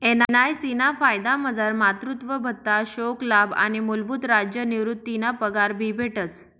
NIC ना फायदामझार मातृत्व भत्ता, शोकलाभ आणि मूलभूत राज्य निवृतीना पगार भी भेटस